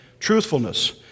Truthfulness